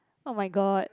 oh-my-god